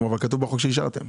אבל כתוב בחוק שאישרתם.